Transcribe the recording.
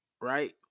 right